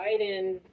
Biden